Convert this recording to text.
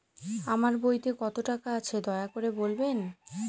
আমার বইতে কত টাকা আছে দয়া করে বলবেন?